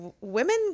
women